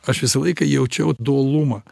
aš visą laiką jaučiau dualumą